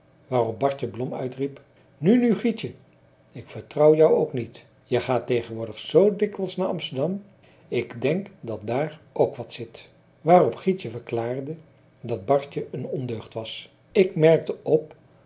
waarop bartje blom uitriep nu nu grietje ik vertrouw jou ook niet je gaat tegenwoordig zoo dikwijls naar amsterdam ik denk dat daar ook wat zit waarop grietje verklaarde dat bartje een ondeugd was ik merkte op